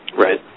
Right